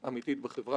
מנכ"ל הכנסת,